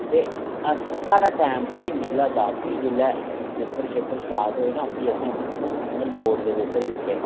ते अस साढ़ा टैम स्हेई निकला दा फ्ही जेल्लै पेपर शेपर स्टार्ट होऐ ना फ्ही असें ओह् फाइनल बोर्ड दे पेपर दित्ते